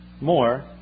more